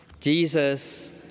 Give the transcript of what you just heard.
Jesus